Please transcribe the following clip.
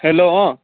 hello অ